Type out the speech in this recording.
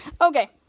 Okay